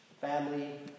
family